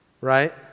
right